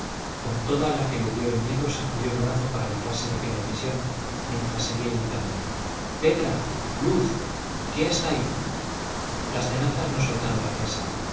con toda la que le dio el miedo sacudió el brazo para librarse de aquella prisión mientras seguía gritando petra luz quién está aquí las tenazas no soltaron la presa